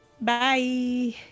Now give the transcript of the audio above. Bye